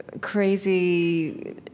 crazy